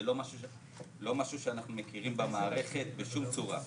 זה לא משהו שאנחנו מכירים במערכת בשום צורה.